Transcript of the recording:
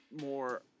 more